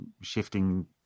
shifting